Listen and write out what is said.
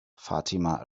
fatima